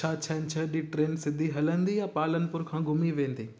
छा छंछर जी ट्रेन सिधी हलंदी या पालनपुर खां घुमी वेंदी